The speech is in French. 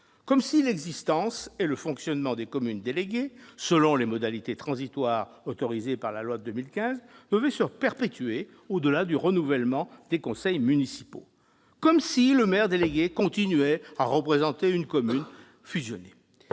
comme si l'existence et le fonctionnement des communes déléguées, selon les modalités transitoires autorisées par la loi de 2015, devaient se perpétuer au-delà du renouvellement des conseils municipaux, comme si le maire délégué continuait à représenter une commune fusionnée.